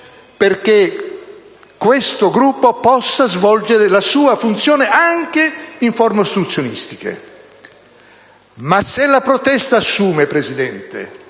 perché questo Gruppo possa svolgere la sua funzione, anche in forme ostruzionistiche. Ma se la protesta assume delle